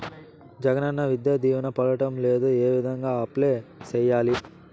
జగనన్న విద్యా దీవెన పడడం లేదు ఏ విధంగా అప్లై సేయాలి